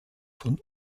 von